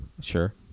Sure